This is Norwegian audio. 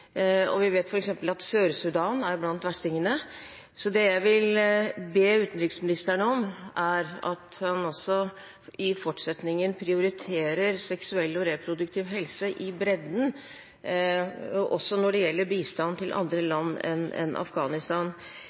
og vi vet f.eks. at Sør-Sudan er blant verstingene. Så det jeg vil be utenriksministeren om, er at han også i fortsettelsen prioriterer seksuell og reproduktiv helse i bredden, også når det gjelder bistand til andre land enn Afghanistan.